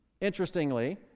interestingly